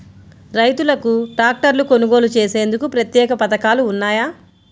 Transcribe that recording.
రైతులకు ట్రాక్టర్లు కొనుగోలు చేసేందుకు ప్రత్యేక పథకాలు ఉన్నాయా?